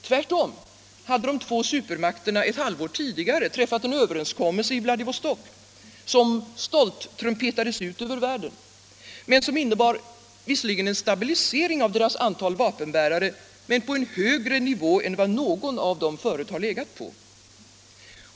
Tvärtom hade de två supermakterna ett halvår tidigare träffat en överenskommelse i Vladivostok, som stolt trumpetades ut över världen. Den innebar visserligen en stabilisering av staternas antal vapenbärare men på en högre nivå än vad någon av dem förut legat på.